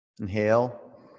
Inhale